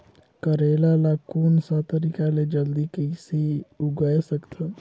करेला ला कोन सा तरीका ले जल्दी कइसे उगाय सकथन?